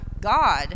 God